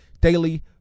daily